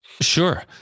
Sure